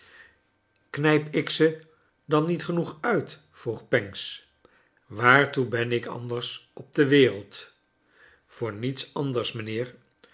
knrjp ik ze dan niet genoeg uit vroeg pancks waartoe ben ik anders op de wereld voor niets anders mijnheer